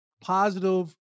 positive